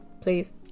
please